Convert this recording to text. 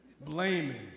Blaming